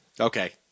Okay